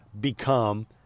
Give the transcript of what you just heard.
become